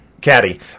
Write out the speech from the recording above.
Caddy